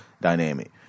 dynamic